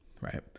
right